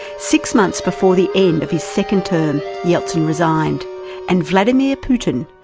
six months before the end of his second term, yeltsin resigned and vladimir putin,